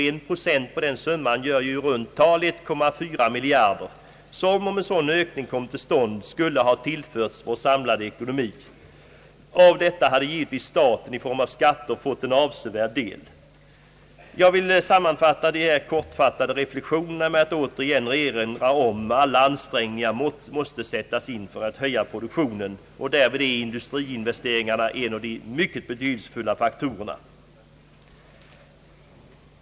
En procent på denna summa gör i runt tal 1,4 miljard, som i en sådan ökning skulle ha tillförts vår samlade ekonomi. Av detta hade givetvis staten i form av skatter fått en avsevärd del. Jag vill sammanfatta dessa kortfattade reflexioner med att återigen erinra om att alla ansträngningar måste sättas in för att höja produktionen. Därvid är industriinvesteringarna en av de mycket betydelsefulla faktorerna.